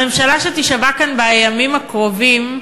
הממשלה שתישבע כאן בימים הקרובים,